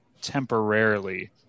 temporarily